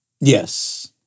Yes